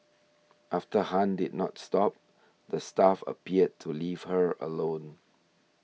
after Han did not stop the staff appeared to leave her alone